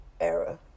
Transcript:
era